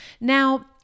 Now